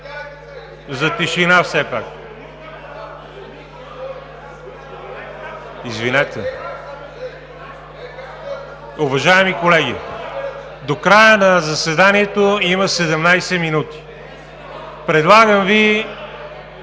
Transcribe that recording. (Шум и реплики.) Извинете. Уважаеми колеги, до края на заседанието има 17 минути. Предлагам Ви